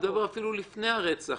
אני מדבר אפילו לפני הרצח.